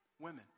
women